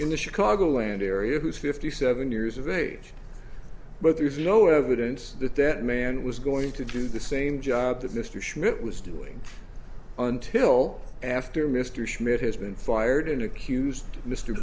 in the chicago land area who is fifty seven years of age but there is no evidence that that man was going to do the same job that mr schmidt was doing until after mr schmidt has been fired an accused mr